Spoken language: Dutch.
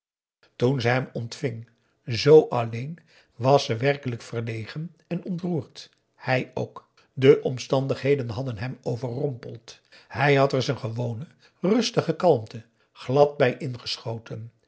toen ze hem ontving zoo alleen was ze werkelijk verlegen en ontroerd hij ook de omstandigheden hadden hem overrompeld hij had er zijn gewone rustige kalmte glad bij ingeschoten